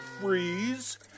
freeze